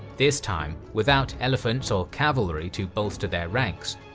this time, without elephants or cavalry to bolster their ranks,